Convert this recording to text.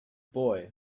boy